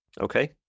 Okay